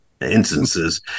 instances